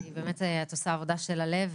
כי באמת את עושה עבודה של הלב,